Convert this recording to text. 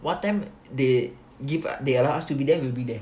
what time they give they allow us to be there we'll be there